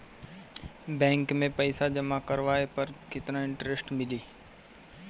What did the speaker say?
Bank में पईसा जमा करवाये पर केतना इन्टरेस्ट मिली?